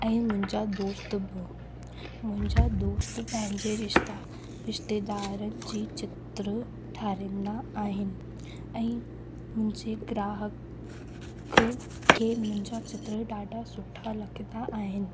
ऐं मुंहिंजा दोस्त बि मुंहिंजा दोस्त पंहिंजे रिश्ता रिश्तेदार जी चित्र ठारहाईंदा आहियूं ऐं मुंहिंजी ग्राहक खे मुंहिंजा चित्र ॾाढा सुठा लॻंदा आहिनि